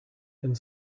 and